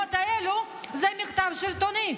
בנסיבות האלה זה מחטף שלטוני.